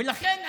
ולכן,